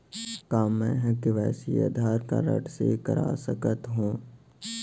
का मैं KYC Aadhaar card से कर सकत हो?